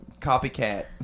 copycat